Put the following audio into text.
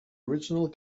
original